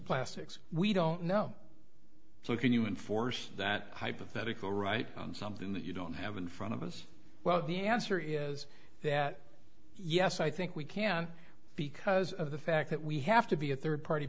asterix we don't know so can you enforce that hypothetical right on something that you don't have in front of us well the answer is that yes i think we can because of the fact that we have to be a third party